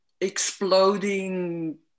exploding